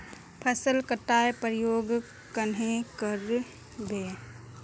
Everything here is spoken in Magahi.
फसल कटाई प्रयोग कन्हे कर बो?